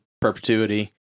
perpetuity